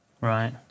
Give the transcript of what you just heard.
Right